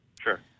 Sure